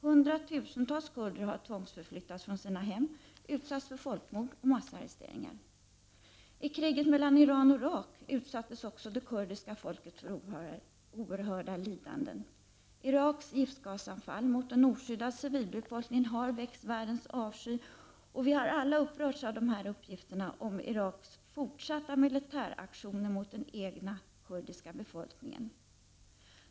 Hundratusentals kurder har tvångsförflyttats från sina hem, utsatts för folkmord och massarresteringar. I kriget mellan Iran och Irak utsattes också det kurdiska folket för oerhörda lidanden. Iraks giftgasanfall mot en oskyddad civilbefolkning har väckt omvärldens avsky, och vi har alla upprörts av uppgifterna om Iraks fortsatta militäraktioner mot den egna kurdiska befolkningen.